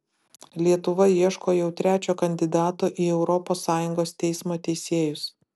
lietuva ieško jau trečio kandidato į europos sąjungos teismo teisėjus